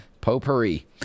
potpourri